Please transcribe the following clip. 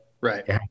right